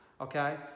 Okay